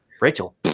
rachel